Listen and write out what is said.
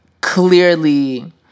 clearly